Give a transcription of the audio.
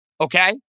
Okay